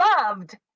loved